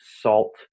salt